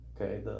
Okay